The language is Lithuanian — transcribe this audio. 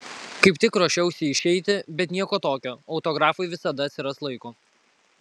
kaip tik ruošiausi išeiti bet nieko tokio autografui visada atsiras laiko